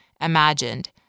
imagined